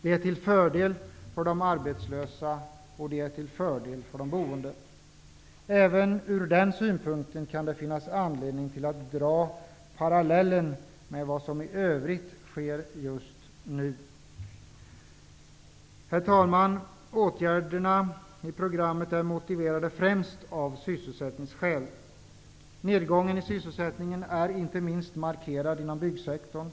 Det är till fördel för de arbetslösa och för de boende. Även från den synpunkten kan det finnas anledning att dra en parallell med vad som i övrigt sker just nu. Herr talman! Åtgärderna i programmet är motiverade främst av sysselsättningsskäl. Nedgången i sysselsättningen är inte minst markerad inom byggsektorn.